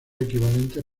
equivalentes